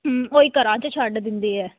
ਉਹੀ ਘਰਾਂ 'ਚ ਛੱਡ ਦਿੰਦੇ ਆ